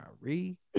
Kyrie